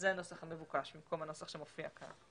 זה הנוסח המבוקש, במקום הנוסח שמופיע כאן.